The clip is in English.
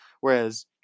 whereas